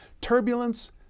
turbulence